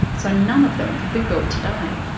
so none of them could be built today.